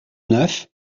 neuf